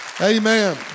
Amen